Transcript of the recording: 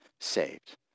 saved